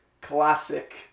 classic